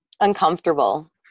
Uncomfortable